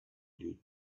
you